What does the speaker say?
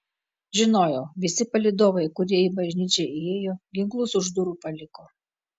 žinojau visi palydovai kurie į bažnyčią įėjo ginklus už durų paliko